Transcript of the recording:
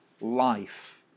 life